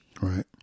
right